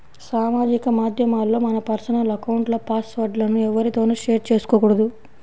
సామాజిక మాధ్యమాల్లో మన పర్సనల్ అకౌంట్ల పాస్ వర్డ్ లను ఎవ్వరితోనూ షేర్ చేసుకోకూడదు